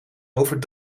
over